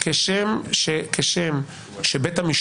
ואני אגיד יותר מזה, כשם שבית המשפט,